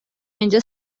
اینجا